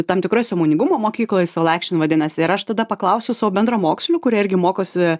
tam tikroj sąmoningumo mokykloj soul action vadinasi ir aš tada paklausiau savo bendramokslių kurie irgi mokosi